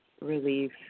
relief